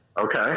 Okay